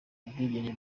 ubwigenge